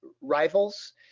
rivals